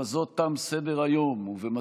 אין מתנגדים, אין